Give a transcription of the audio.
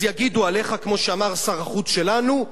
אז יגידו עליך כמו שאמר שר החוץ שלנו,